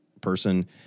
person